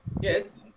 Yes